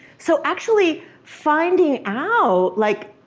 so actually, finding out, like,